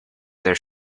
their